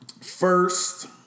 First